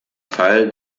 fall